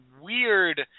weird